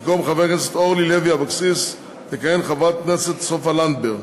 במקום חברת הכנסת אורלי לוי אבקסיס תכהן חברת הכנסת סופה לנדבר,